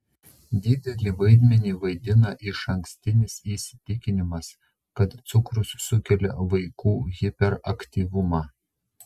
didelį vaidmenį vaidina išankstinis įsitikinimas kad cukrus sukelia vaikų hiperaktyvumą